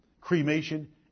Cremation